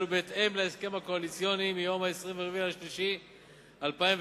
ובהתאם להסכם הקואליציוני מיום 24 במרס 2009,